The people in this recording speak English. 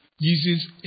uses